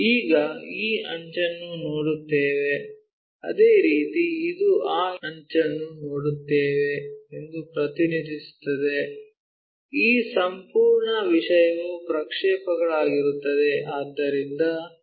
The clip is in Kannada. ಈಗ ಈ ಅಂಚನ್ನು ನೋಡುತ್ತೇವೆ ಅದೇ ರೀತಿ ಇದು ಆ ಅಂಚನ್ನು ನೋಡುತ್ತೇವೆ ಎಂದು ಪ್ರತಿನಿಧಿಸುತ್ತದೆ ಈ ಸಂಪೂರ್ಣ ವಿಷಯವು ಪ್ರಕ್ಷೇಪಗಳಾಗಿರುತ್ತದೆ